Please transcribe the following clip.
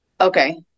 Okay